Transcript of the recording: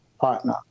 partner